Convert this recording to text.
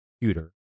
computer